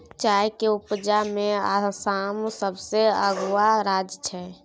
चाय के उपजा में आसाम सबसे अगुआ राज्य छइ